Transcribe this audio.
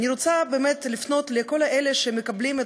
אני רוצה לפנות לכל אלה שמקבלים את